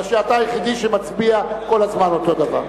אבל אתה היחיד שמצביע כל הזמן אותו דבר.